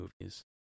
movies